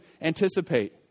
anticipate